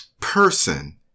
person